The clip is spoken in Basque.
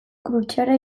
krutxeara